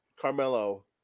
Carmelo